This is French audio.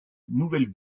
nouvelle